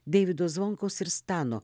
deivido zvonkaus ir stano